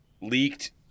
leaked